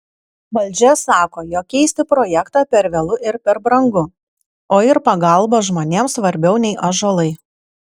valdžia sako jog keisti projektą per vėlu ir per brangu o ir pagalba žmonėms svarbiau nei ąžuolai